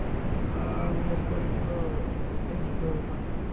ᱚᱱᱩᱥᱴᱷᱟᱱ ᱠᱚᱫᱚ ᱪᱮᱫ ᱵᱮᱱ ᱫᱤᱥᱟᱹᱣᱟᱠᱟᱫ